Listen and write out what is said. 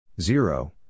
zero